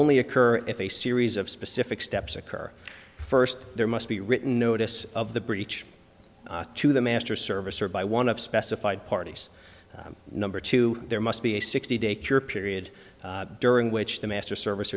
only occur if a series of specific steps occur first there must be written notice of the breach to the master service or by one of specified parties number two there must be a sixty day cure period during which the master service